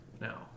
now